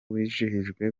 wizihijwe